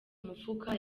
mufuka